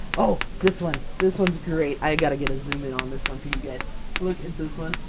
oh this one this one's great i got to get a zoom-in on this one for you guys look at this one!